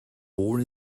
born